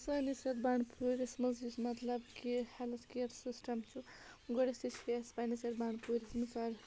سٲنِس یَتھ بَنڈپوٗرِس منٛز یُس مطلب کہِ ہٮ۪لٕتھ کِیَر سِسٹَم چھُ گۄڈٕٮ۪تھٕے چھِ أسۍ پَنٛنِس یَتھ بَنڈپوٗرِس منٛز